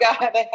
god